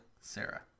Sarah